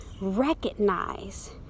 recognize